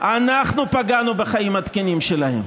אנחנו פגענו בחיים התקינים שלהם.